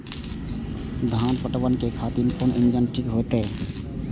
धान पटवन के खातिर कोन इंजन ठीक होते?